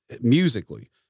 musically